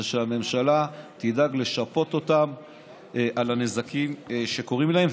זה שהממשלה תדאג לשפות אותם על הנזקים שקורים להם,